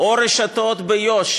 או רשתות ביו"ש,